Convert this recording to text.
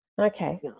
Okay